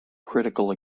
critical